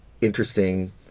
interesting